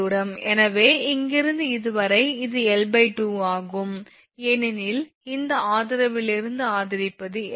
எனவே இங்கிருந்து இதுவரை அது L2 ஆகும் ஏனெனில் இந்த ஆதரவிலிருந்து ஆதரிப்பது L